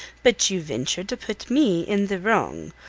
but you venture to put me in the wrong.